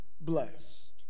blessed